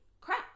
crap